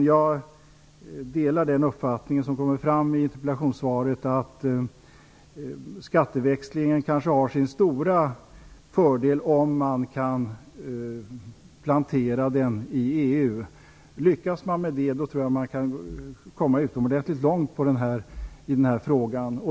Jag delar den uppfattning som kommer fram i interpellationssvaret, nämligen att skatteväxlingen kanske har sin stora fördel om man kan plantera den i EU. Lyckas man med det, tror jag att man kan komma utomordentligt långt i denna fråga.